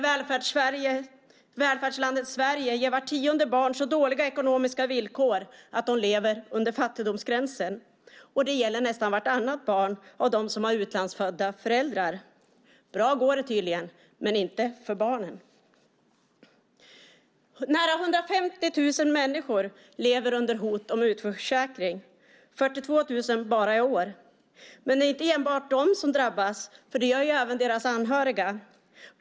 Välfärdslandet Sverige ger vart tionde barn så dåliga ekonomiska villkor att de lever under fattigdomsgränsen. Det gäller nästan vartannat barn till utlandsfödda föräldrar. Bra går det tydligen, men inte för barnen. Nära 150 000 människor lever under hot om utförsäkring - 42 000 bara i år. Det är inte enbart de som drabbas utan även deras anhöriga.